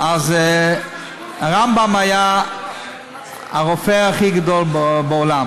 אז הרמב"ם היה הרופא הכי גדול בעולם.